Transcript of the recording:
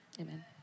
Amen